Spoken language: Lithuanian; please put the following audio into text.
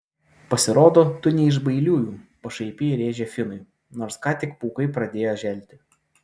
pasirodo tu ne iš bailiųjų pašaipiai rėžė finui nors ką tik pūkai pradėjo želti